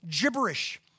gibberish